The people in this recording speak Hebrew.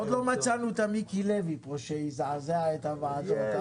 עוד לא מצאנו את מיקי לוי שיזעזע את הוועדות.